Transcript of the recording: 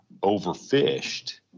overfished